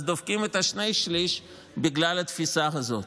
דופקים את שני השלישים בגלל התפיסה הזאת.